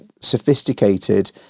sophisticated